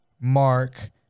Mark